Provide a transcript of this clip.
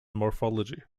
morphology